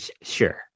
Sure